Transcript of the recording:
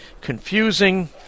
confusing